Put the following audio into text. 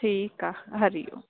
ठीकु आहे हरि ओम